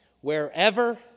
wherever